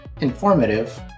informative